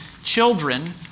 Children